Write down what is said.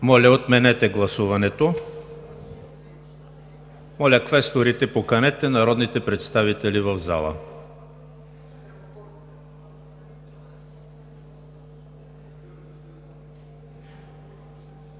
Отменете гласуването. Моля, квесторите, поканете народните представители в залата.